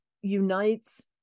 unites